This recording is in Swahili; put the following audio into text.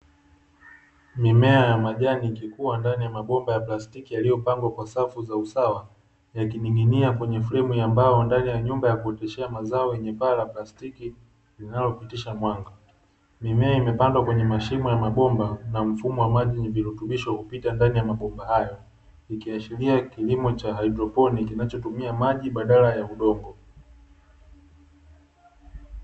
Mimea ya majani kifua ndani ya mabomba ya plastiki, yaliyopangwa kwa safu za usawa yakiniminia kwenye fremu ya mbao ndani ya nyumba ya kuotesha mazao yenye parastiki zinazopitisha mwanga mimea, imepandwa kwenye mashimo ya mabomba na mfumo wa maji ni virutubisho kupita ndani ya mabomba hayo ikiheshiria kilimo cha hydropone kinachotumia maji badala ya udongo.